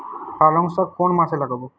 পালংশাক কোন মাসে লাগাব?